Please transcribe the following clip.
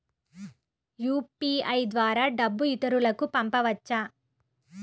UPI ద్వారా డబ్బు ఇతరులకు పంపవచ్చ?